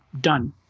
done